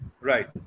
Right